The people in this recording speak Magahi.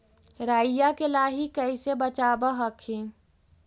राईया के लाहि कैसे बचाब हखिन?